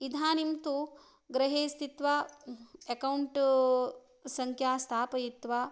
इदानीं तु गृहे स्थित्वा अकौण्ट् सङ्ख्या स्थापयित्वा